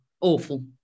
Awful